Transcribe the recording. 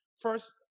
first